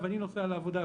אני אעשה את זה גם עכשיו,